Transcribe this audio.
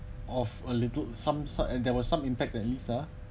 of a little some sort and there was some impact at least ah